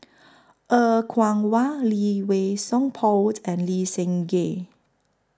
Er Kwong Wah Lee Wei Song Paul and Lee Seng Gee